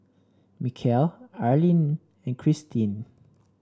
Mikel Arlyne and Christeen